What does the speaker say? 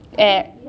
at